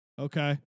okay